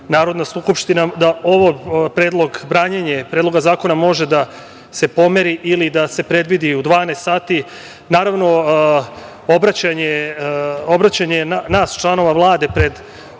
Narodna skupština, da ovaj predlog, branjenje Predloga zakona može da se pomeri ili da se predvidi u 12 sati. Naravno, obraćanje članova Vlade pred